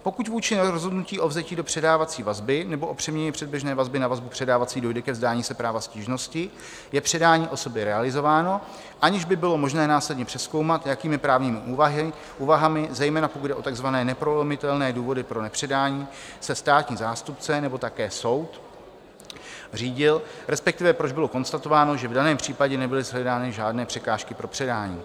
Pokud vůči rozhodnutí o vzetí do předávací vazby nebo o přeměně předběžné vazby na vazbu předávací dojde ke vzdání se práva stížnosti, je předání osoby realizováno, aniž by bylo možné následně přezkoumat, jakými právními úvahami, zejména pokud jde o takzvané neprolomitelné důvody pro nepředání, se státní zástupce nebo také soud řídil, respektive proč bylo konstatováno, že v daném případě nebyly shledány žádné překážky pro předání.